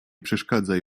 przeszkadzaj